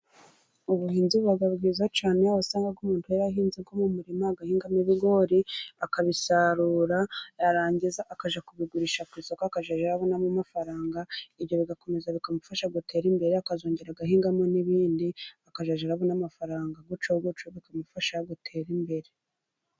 Ubuhinzi buba bwiza cyane, iyo wasangaga umuntu yari ahinze uyu murima agahingamo ibigori, akabisarura, yarangiza akajya kubigurisha ku isoko, akazajya ara bonamo amafaranga, ibyo bigakomeza bikamufasha gutera imbere akazongera agahingamo n'ibindi akajya arabona amafaranga gutyo gutyo, gahoro gahoro, bikamufasha gutera imbere.